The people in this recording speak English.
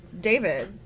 david